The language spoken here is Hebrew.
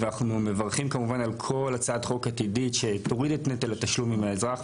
אנחנו מברכים על הצעת חוק עתידית שתוריד את נטל התשלום מהאזרח.